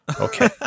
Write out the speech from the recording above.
Okay